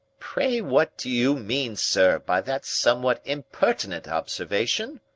pray what do you mean, sir, by that somewhat impertinent observation?